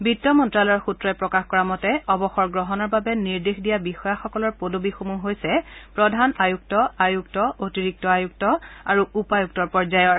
বিত্ত মন্ত্ৰালয়ৰ সূত্ৰই প্ৰকাশ কৰা মতে অৱসৰ গ্ৰহণৰ বাবে নিৰ্দেশ দিয়া বিষয়াসকলৰ পদবীসমূহ হৈছে প্ৰধান আয়ুক্ত আয়ুক্ত অতিৰিক্ত আয়ুক্ত আৰু উপায়ুক্তৰ পৰ্য্যায়ৰ